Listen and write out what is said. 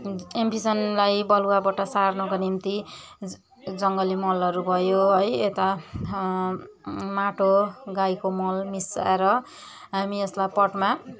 एम्फिसनलाई बलुवाबाट सार्नुको निम्ति जङ्गली मलहरू भयो है यता माटो गाईको मल मिसाएर हामी यसलाई पटमा